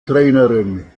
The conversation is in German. trainerin